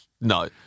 No